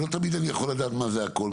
ולא תמיד אני יכול לדעת מה זה הכל,